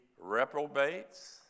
reprobates